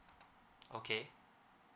okay